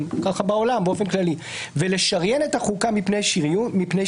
- כך בעולם באופן כללי ולשריין את החוקה מפני שינוי.